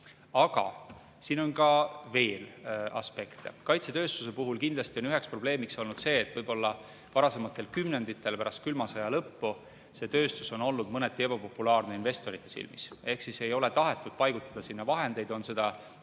Aga siin on veel aspekte. Kaitsetööstuse puhul kindlasti on üheks probleemiks olnud see, et varasematel kümnenditel pärast külma sõja lõppu see tööstus on olnud mõneti ebapopulaarne investorite silmis. Ehk sinna ei ole tahetud paigutada vahendeid ja seda